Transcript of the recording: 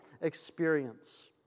experience